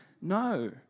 No